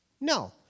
No